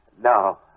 No